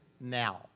now